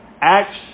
Acts